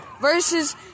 Versus